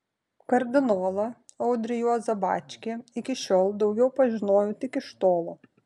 kardinolą audrį juozą bačkį iki šiol daugiau pažinojau tik iš tolo